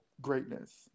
greatness